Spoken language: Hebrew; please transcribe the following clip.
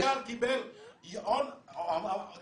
המנכ"ל קיבל דפים